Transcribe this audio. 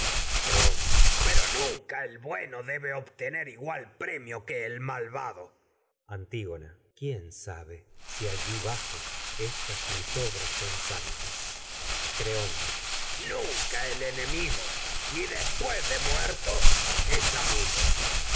creonte pero nunca el bueno debe obtener igual premio que el malvado antígona antígona son quién sabe si allí bajo estas mis obras santas crbonte nunca el es enemigo ni después de muerto amigo